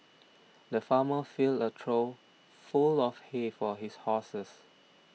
the farmer filled a trough full of hay for his horses